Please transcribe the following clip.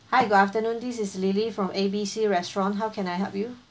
hi good afternoon this is lily from ABC restaurant how can I help you